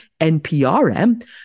NPRM